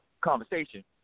conversation